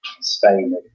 Spain